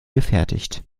gefertigt